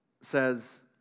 says